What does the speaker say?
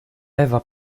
ewa